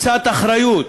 קצת אחריות.